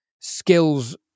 skills